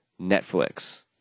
Netflix